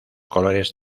colores